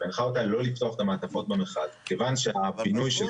והנחה אותה לא לפתוח את המעטפות במכרז כיוון שהפינוי של